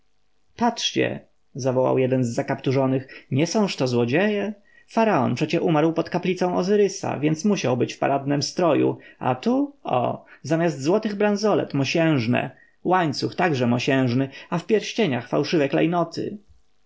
patrzcie zawołał jeden z zakapturzonych nie sąż to złodzieje faraon przecie umarł pod kaplicą ozyrysa więc musiał być w paradnym stroju a tu o zamiast złotych branzolet mosiężne łańcuch także mosiężny a w pierścieniach fałszywe klejnoty